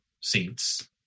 seats